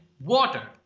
water